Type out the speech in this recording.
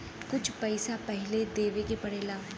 कुछ पैसा पहिले देवे के पड़ेला